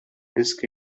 disk